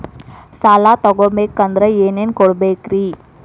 ಸಾಲ ತೊಗೋಬೇಕಂದ್ರ ಏನೇನ್ ಕೊಡಬೇಕ್ರಿ?